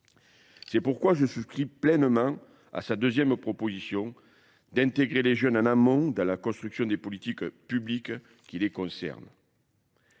C'est pourquoi je suscris pleinement à sa deuxième proposition d'intégrer les jeunes en un monde à la construction des politiques publiques qui les concernent.